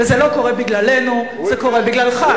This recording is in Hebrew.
וזה לא קורה בגללנו, זה קורה בגללך.